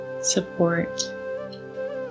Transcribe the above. support